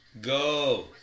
Go